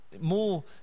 more